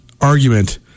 argument